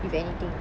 if anything